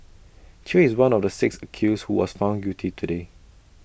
chew is one of the six accused who was found guilty today